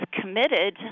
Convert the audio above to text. committed